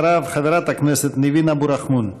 אחריו,